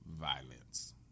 violence